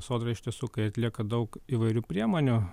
sodra iš tiesų kai atlieka daug įvairių priemonių